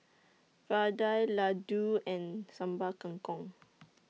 Vadai Laddu and Sambal Kangkong